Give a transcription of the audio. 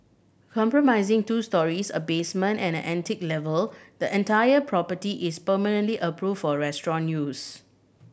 compromising two storeys a basement and an attic level the entire property is permanently approved for restaurant use